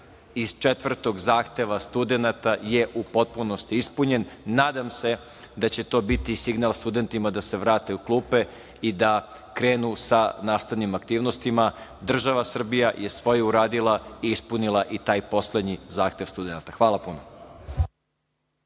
iz četvrtog zahteva studenata je u potpunosti ispunjen. Nadam se da će to biti signal studentima da se vrate u klupe i da krenu sa nastavnim aktivnostima. Država Srbija je svoje uradila i ispunila i taj poslednji zahtev studenata. Hvala puno.